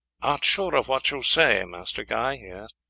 art sure of what you say, master guy? he asked.